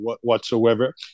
whatsoever